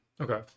okay